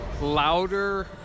louder